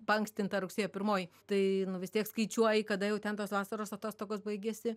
paankstinta rugsėjo pirmoji tai vis tiek skaičiuoji kada jau ten tos vasaros atostogos baigiasi